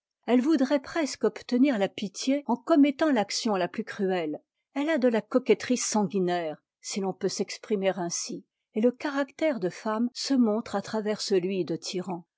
elle voudrait presque obtenir la pitié en commettant l'action la plus cruelle elle a de la coquetterie sanguinaire si l'on peut s'exprimer ainsi et le caractère de femme se montre à travers celui de